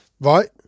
Right